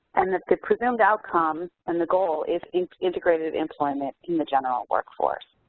and that the presumed outcome and the goal is is integrated employment in the general workforce.